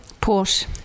Port